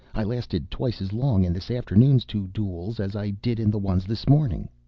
i lasted twice as long in this afternoon's two duels as i did in the ones this morning.